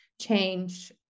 change